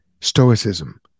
Stoicism